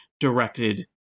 directed